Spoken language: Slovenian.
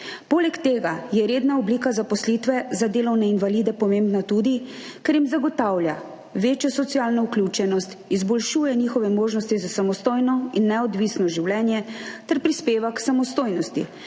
Poleg tega je redna oblika zaposlitve za delovne invalide pomembna tudi, ker jim zagotavlja večjo socialno vključenost, izboljšuje njihove možnosti za samostojno in neodvisno življenje ter prispeva k samostojnosti,